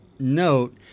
Note